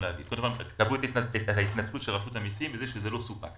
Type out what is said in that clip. תקבלו את ההתנצלות של רשות המיסים על כך שזה לא סופק.